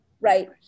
right